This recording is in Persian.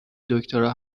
دکترا